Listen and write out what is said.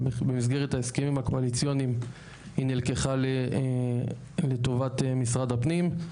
ובמסגרת ההסכמים הקואליציוניים היא נלקחה לטובת משרד הפנים,